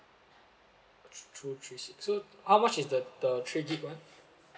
tw~ two three six so how much is the the three gig one